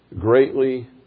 greatly